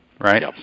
right